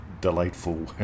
delightful